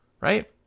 right